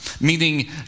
meaning